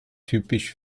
typisch